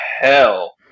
hell